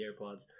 AirPods